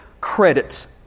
credit